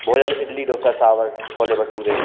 भोजन इडली डोसा सांभर छोले भटूरे